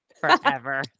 forever